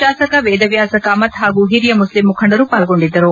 ಶಾಸಕ ವೇದವ್ಯಾಸ ಕಾಮತ್ ಹಾಗೂ ಹಿರಿಯ ಮುಸ್ಲಿಂ ಮುಖಂಡರು ಪಾಲ್ಗೊಂಡಿದ್ದರು